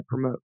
promote